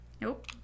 Nope